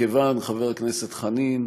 מכיוון, חבר הכנסת חנין,